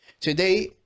Today